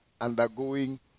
undergoing